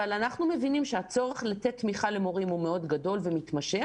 אבל אנחנו מבינים שהצורך לתת תמיכה למורים הוא מאוד גדול ומתמשך.